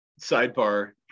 Sidebar